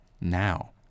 now